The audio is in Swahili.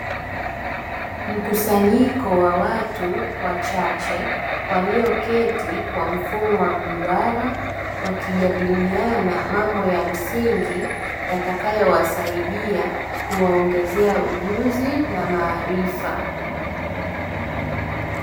Mkusanyiko wa watu wachache, walioketi kwa mfumo wa mduara, wakijadiliana mambo ya msingi yatakayowasaidia kuwaongezea ujuzi na maarifa.